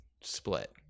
split